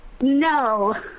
No